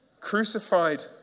crucified